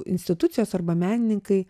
institucijos arba menininkai